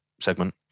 segment